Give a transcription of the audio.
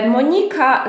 Monika